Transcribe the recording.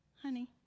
honey